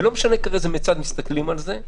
ולא משנה מאיזה צד מסתכלים על זה.